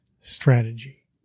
strategy